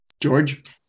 George